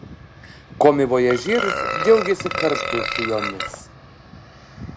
komivojažierius džiaugėsi kartu su jomis